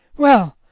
well,